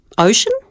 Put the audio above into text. Ocean